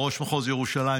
או ראש מחוז ירושלים,